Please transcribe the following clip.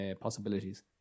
possibilities